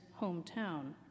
hometown